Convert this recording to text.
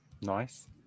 Nice